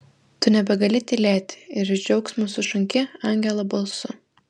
tu nebegali tylėti ir iš džiaugsmo sušunki angelo balsu